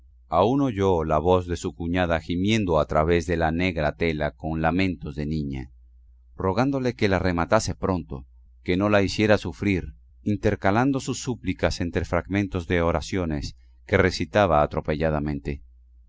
aún oyó la voz de su cuñada gimiendo a través de la negra tela con lamentos de niña rogándole que la rematase pronto que no la hiciera sufrir intercalando sus súplicas entre fragmentos de oraciones que recitaba atropelladamente